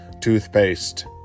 toothpaste